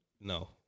No